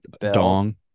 dong